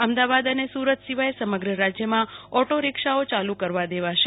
અમદાવાદ અને સુરત સિવાય રાજ્યમાં સમગ્ર રાજ્યમાં ઓટો રિક્ષાઓ યાલુ કરવા દેવાશે